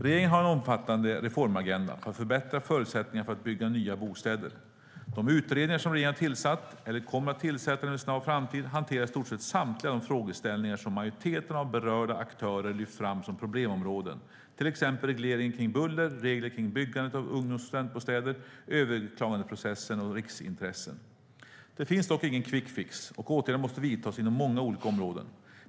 Regeringen har en omfattande reformagenda för att förbättra förutsättningarna för att bygga nya bostäder. De utredningar som regeringen har tillsatt, eller kommer att tillsätta inom en snar framtid, hanterar i stort sett samtliga de frågeställningar som majoriteten av berörda aktörer lyft fram som problemområden, till exempel regleringen kring buller, regler kring byggande av ungdoms och studentbostäder, överklagandeprocessen och riksintressen. Det finns dock ingen quick fix, och åtgärder måste vidtas inom många olika områden.